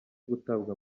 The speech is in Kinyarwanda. gutabwa